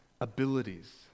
abilities